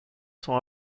sont